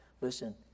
Listen